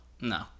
no